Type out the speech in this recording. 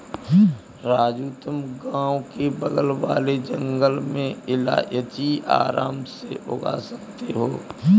राजू तुम गांव के बगल वाले जंगल में इलायची आराम से उगा सकते हो